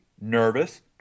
nervous